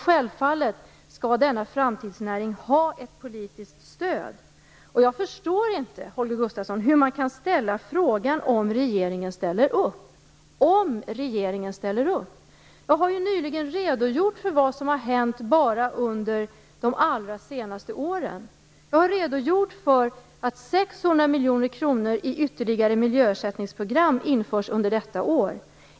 Självfallet skall denna framtidsnäring ha ett politiskt stöd. Jag förstår inte, Holger Gustafsson, hur man kan fråga om regeringen ställer upp. Jag har ju nyligen redogjort för vad som har hänt bara under de allra senaste åren. Jag har redogjort för att 600 miljoner kronor för ytterligare miljöersättningsprogram tillförs under detta år.